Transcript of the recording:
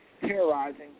terrorizing